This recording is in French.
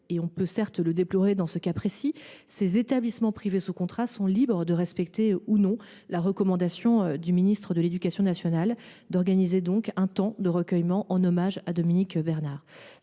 et on peut, certes, le déplorer dans ce cas précis, ces établissements privés sous contrat étaient libres de respecter ou non la recommandation du ministre de l’éducation nationale d’organiser un temps de recueillement en hommage à Dominique Bernard.